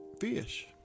fish